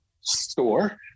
store